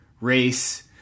race